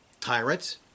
Tyrants